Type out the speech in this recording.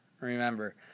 remember